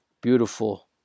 beautiful